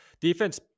defense